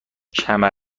کمر